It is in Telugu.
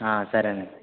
సరేనండి